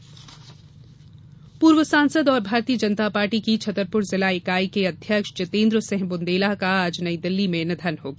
निधन पूर्व सांसद और भारतीय जनता पार्टी की छतरपुर जिला इकाई के अध्यक्ष जितेन्द्र सिंह बुंदेला का आज नई दिल्ली में निधन हो गया